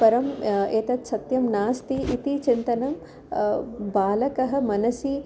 परम् एतत् सत्यं नास्ति इति चिन्तनं बालकस्य मनसि